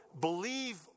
believe